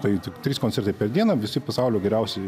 tai tik trys koncertai per dieną visi pasaulio geriausieji